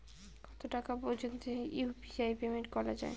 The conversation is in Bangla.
কত টাকা পর্যন্ত ইউ.পি.আই পেমেন্ট করা যায়?